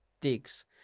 digs